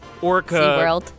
orca